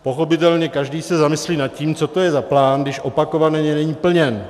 Pochopitelně každý se zamyslí nad tím, co to je za plán, když opakovaně není plněn.